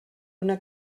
una